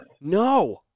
No